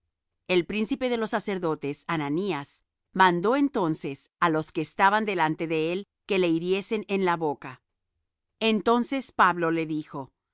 el príncipe de los sacerdotes ananías mandó entonces á los que estaban delante de él que le hiriesen en la boca entonces pablo le dijo